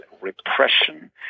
repression